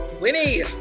Winnie